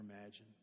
imagine